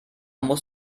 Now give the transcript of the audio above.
muss